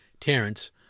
Terence